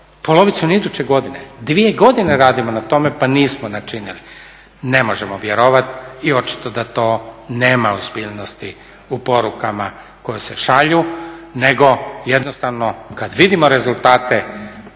polovicom iduće godine, 2 godine radimo na tome pa nismo načinili. Ne možemo vjerovati i očito da to nema ozbiljnosti u porukama koje se šalju, nego jednostavno kad vidimo rezultate